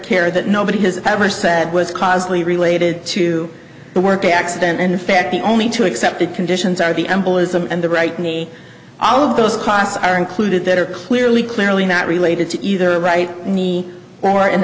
care that nobody has ever said was caused by related to the work accident in fact the only two accepted conditions are the embolism and the right knee all of those costs are included that are clearly clearly not related to either a right knee or an